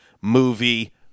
Movie